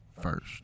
first